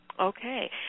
Okay